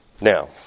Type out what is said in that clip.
Now